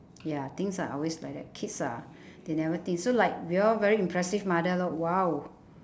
ya things are always like that kids ah they never think so like we all very impressive mother lor !wow!